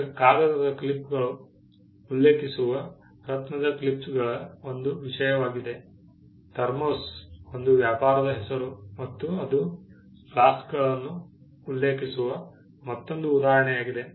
ಈಗ ಕಾಗದದ ಕ್ಲಿಪ್ಸ'ಗಳನ್ನು ಉಲ್ಲೇಖಿಸುವ ರತ್ನದ ಕ್ಲಿಪ್ಸ'ಗಳನ್ಳು ಒಂದು ವಿಷಯವಾಗಿದೆ ಥರ್ಮೋಸ್ ಒಂದು ವ್ಯಾಪಾರದ ಹೆಸರು ಮತ್ತು ಅದು ಫ್ಲಾಸ್ಕ್ಗಳನ್ನು ಉಲ್ಲೇಖಿಸುವ ಮತ್ತೊಂದು ಉದಾಹರಣೆಯಾಗಿದೆ